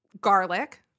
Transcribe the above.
Garlic